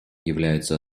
являются